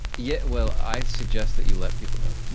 yeah well, i suggest that you let people know.